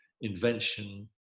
invention